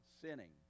sinning